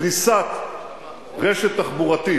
פריסת רשת תחבורתית,